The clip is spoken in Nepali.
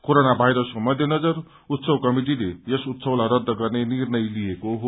कोरोना भाइरसको मध्यनजर उत्सव कमिटिले यस उत्सवलाई रद्व गर्ने निर्णय लिइएको हो